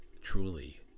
truly